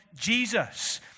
Jesus